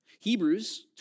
Hebrews